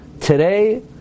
today